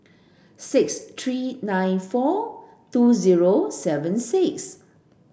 six three nine four two zero seven six